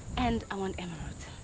and i want emeralds.